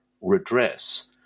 redress